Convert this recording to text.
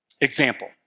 Example